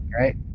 right